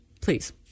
Please